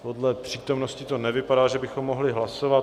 podle přítomnosti to nevypadá, že bychom mohli hlasovat.